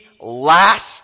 last